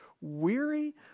weary